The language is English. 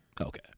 Okay